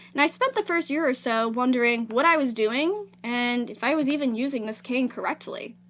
and i spent the first year or so wondering what i was doing and if i was even using this cane correctly.